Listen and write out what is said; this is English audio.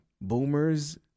boomers